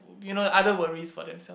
you know other worries for themselves